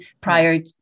prior